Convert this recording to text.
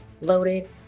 loaded